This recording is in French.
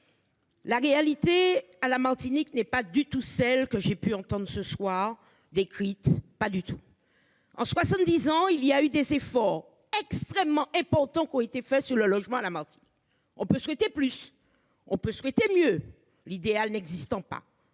La réalité à la Martinique n'est pas du tout celle que j'ai pu entendre ce soir décrite. Pas du tout. En 70 ans, il y a eu des efforts extrêmement importants qui ont été faits sur le logement à la Martinique, on peut souhaiter, plus on peut souhaiter mieux l'idéal n'existant pas.--